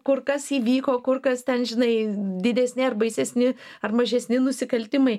kur kas įvyko kur kas ten žinai didesni ar baisesni ar mažesni nusikaltimai